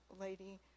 lady